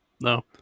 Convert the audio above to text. no